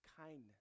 kindness